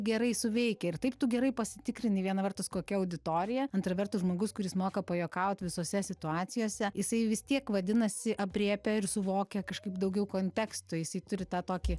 gerai suveikia ir taip tu gerai pasitikrini viena vertus kokia auditorija antra vertus žmogus kuris moka pajuokaut visose situacijose jisai vis tiek vadinasi aprėpia ir suvokia kažkaip daugiau konteksto jisai turi tą tokį